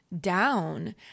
down